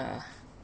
ah